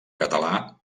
català